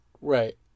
Right